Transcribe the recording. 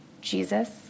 Jesus